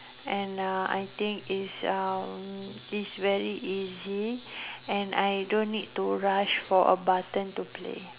and uh I think is uh is very easy and I don't need to rush for a button to play